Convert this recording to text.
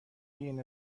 این